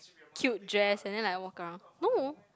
cute dress and then like walk around no